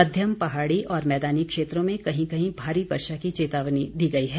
मध्यम पहाड़ी और मैदानी क्षेत्रों में कहीं कहीं भारी वर्षा की चेतावनी दी गई है